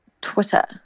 Twitter